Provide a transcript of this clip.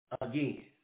Again